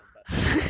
I want I want but